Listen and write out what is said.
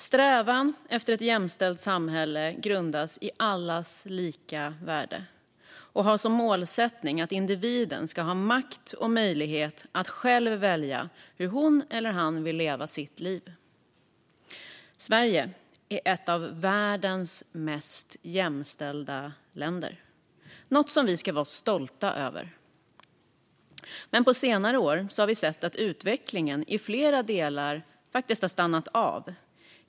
Strävan efter ett jämställt samhälle grundas i allas lika värde och har som målsättning att individen ska ha makt och möjlighet att själv välja hur hon eller han vill leva sitt liv. Sverige är ett av världens mest jämställda länder - något som vi ska vara stolta över. Men på senare år har vi sett att utvecklingen i flera delar har stannat av.